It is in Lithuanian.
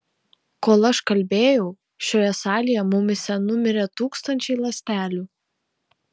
kol aš kalbėjau šioje salėje mumyse numirė tūkstančiai ląstelių